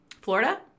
Florida